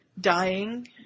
dying